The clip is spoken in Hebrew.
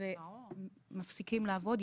ומפסיקים לעבוד.